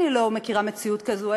אני לא מכירה מציאות כזו,